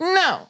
no